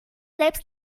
selbst